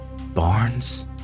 Barnes